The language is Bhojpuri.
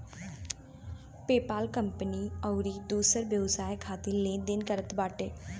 पेपाल कंपनी अउरी दूसर व्यवसाय खातिर लेन देन करत बाटे